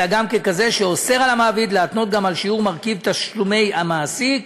אלא גם ככזה שאוסר על המעביד להתנות גם על שיעור מרכיב תשלומי המעסיק,